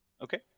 Okay